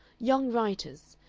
young writers,